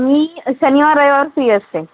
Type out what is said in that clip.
मी शनिवार रविवार फ्री असते